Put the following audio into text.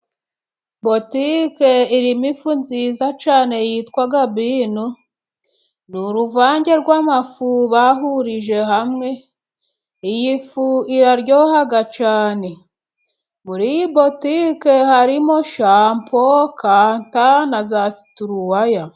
Butike irimo ifu nziza cyane yitwa Bino, ni uruvange rw'amafu bahurije hamwe. Iyi fu iraryoha cyane. Muri iyi butike harimo :shampo, kanta na za situruwaya.